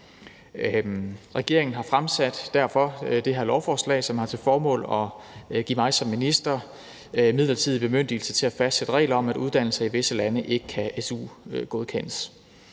Regeringen har derfor fremsat det her lovforslag, som har til formål at give mig som minister midlertidig bemyndigelse til at fastsætte regler om, at uddannelser i visse lande ikke kan su-godkendes.